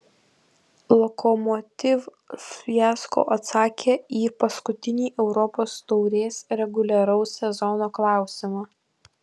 lokomotiv fiasko atsakė į paskutinį europos taurės reguliaraus sezono klausimą